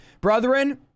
Brethren